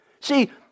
See